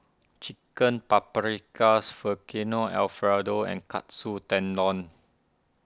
Chicken Paprikas Alfredo and Katsu Tendon